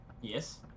Yes